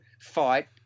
fight